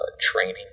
training